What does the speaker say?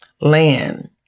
land